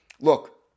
Look